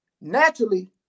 naturally